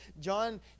John